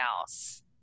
else